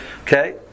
Okay